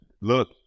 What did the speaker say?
look